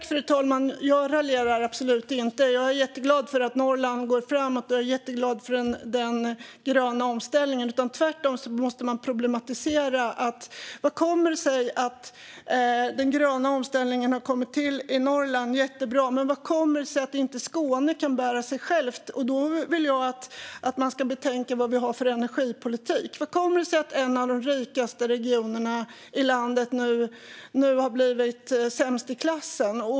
Fru talman! Jag raljerar absolut inte. Jag är jätteglad för att Norrland går framåt, och jag är jätteglad för den gröna omställningen. Man måste dock problematisera - hur kommer det sig att den gröna omställningen har kommit till i Norrland? Det är jättebra, men hur kommer det sig att inte Skåne kan bära sig självt? Jag vill att man ska betänka vilken energipolitik vi har. Hur kommer det sig att en av de rikaste regionerna i landet nu har blivit sämst i klassen?